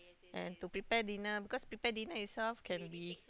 and to prepare dinner because prepare dinner itself can be